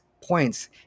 points